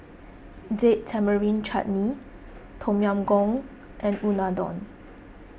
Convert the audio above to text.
Date Tamarind Chutney Tom Yam Goong and Unadon